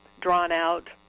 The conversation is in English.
drawn-out